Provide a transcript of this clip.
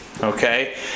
Okay